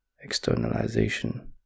externalization